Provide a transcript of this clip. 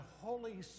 Holy